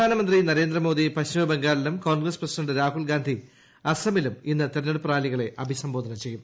പ്രധാനമന്ത്രി നരേന്ദ്ര മോദി പശ്ചിമബംഗാളിലും കോൺഗ്രസ് പ്രസിഡന്റ് രാഹുൽ ഗാന്ധി അസമിലും ഇന്ന് തിരഞ്ഞെടുപ്പ് റാലികളെ അഭിസംബോധന ചെയ്യും